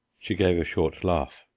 she gave a short laugh.